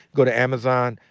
go to amazon.